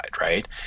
right